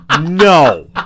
no